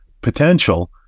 potential